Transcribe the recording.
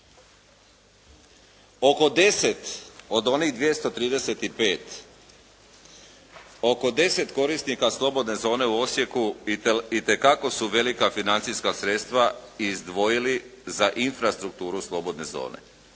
Oko 10 od onih 235, oko 10 korisnika slobodne zone u Osijeku itekako su velika financijska sredstva izdvojili za infrastrukturu slobodne zone